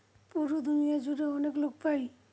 পুরো দুনিয়া জুড়ে অনেক লোক পাই